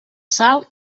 sal